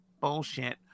bullshit